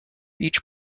each